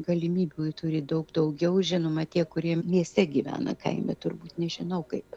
galimybių turi daug daugiau žinoma tie kurie mieste gyvena kaime turbūt nežinau kaip